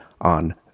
on